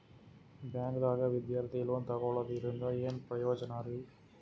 ಬ್ಯಾಂಕ್ದಾಗ ವಿದ್ಯಾರ್ಥಿ ಲೋನ್ ತೊಗೊಳದ್ರಿಂದ ಏನ್ ಪ್ರಯೋಜನ ರಿ?